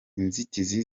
inzitizi